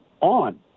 on